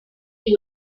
fish